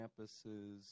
campuses